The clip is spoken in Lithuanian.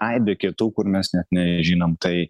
aibė kitų kur mes net nežinom tai